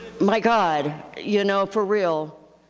my god, you know, for real.